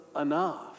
enough